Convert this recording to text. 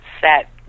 set